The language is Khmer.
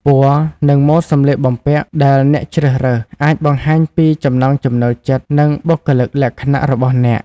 ពណ៌ និងម៉ូដសម្លៀកបំពាក់ដែលអ្នកជ្រើសរើស អាចបង្ហាញពីចំណង់ចំណូលចិត្ត និងបុគ្គលិកលក្ខណៈរបស់អ្នក។